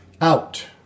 out